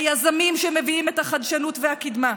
היזמים שמביאים את החדשנות והקדמה,